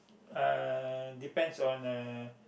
uh depends on uh